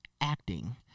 acting